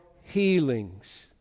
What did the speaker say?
healings